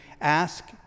ask